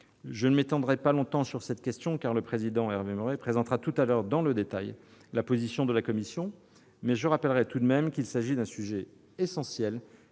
Je ne m'étendrai pas longtemps sur cette question, car le président de la commission, Hervé Maurey, présentera tout à l'heure dans le détail la position de la commission en la matière ; je rappelle tout de même qu'il s'agit d'un sujet essentiel,